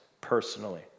personally